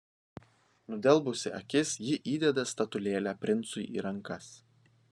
nudelbusi akis ji įdeda statulėlę princui į rankas